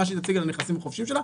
מה שהיא תשיג על הנכסים החופשיים שלה,